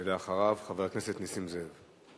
ואחריו, חבר הכנסת נסים זאב.